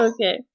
Okay